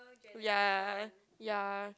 ya ya